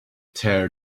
tear